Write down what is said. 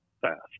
fast